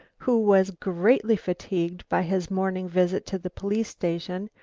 who was greatly fatigued by his morning visit to the police station,